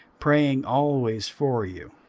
praying always for you,